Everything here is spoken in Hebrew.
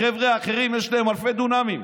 החבר'ה האחרים, יש להם אלפי דונמים,